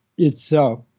itself.